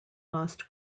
lost